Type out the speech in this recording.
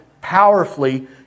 powerfully